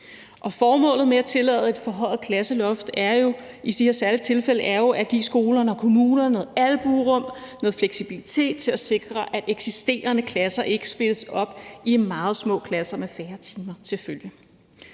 Formålet med at tillade et forhøjet klasseloft i de her særlige tilfælde er at give skolerne og kommunerne noget albuerum og fleksibilitet til at sikre, at eksisterende klasser ikke splittes op i meget små klasser med færre timer